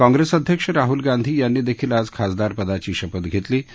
काँग्रत्तअध्यक्ष राहुल गांधी यांनी दखील आज खासदारपदाची शपथ घत्तमी